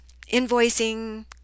invoicing